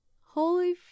Holy